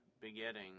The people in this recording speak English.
begetting